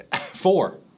Four